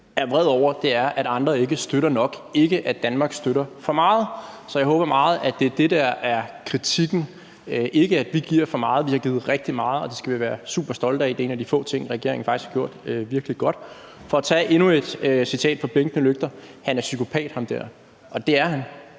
er vred over, er, at andre ikke støtter nok, ikke at Danmark støtter for meget. Så jeg håber meget, at det er det, der er kritikken, og ikke, at vi giver for meget. Vi har givet rigtig meget, og det skal vi være superstolte af. Det er en af de få ting, regeringen faktisk har gjort virkelig godt. Jeg kan tage endnu et citat fra »Blinkende lygter«: Han er psykopat, ham der. Og det er han,